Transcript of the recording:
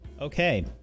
Okay